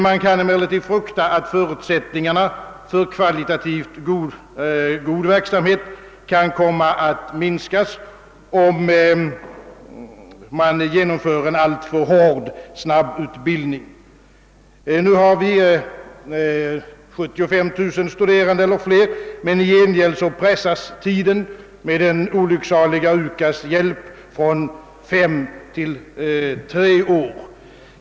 Man kan emellertid frukta, att förutsättningarna för kvalitativt god verksamhet kan komma att minskas, om det genomförs en alltför hård snabbutbildning. För närvarande finns 75 000 studerande eller fler, men i gengäld skall tiden pressas med den olycksaliga UKAS:s hjälp från fem till tre år.